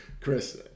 Chris